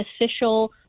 official